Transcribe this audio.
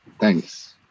Thanks